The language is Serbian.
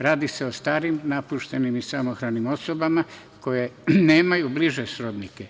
Radi se o starim, napuštenim i samohranim osobama koje nemaju bliže srodnike.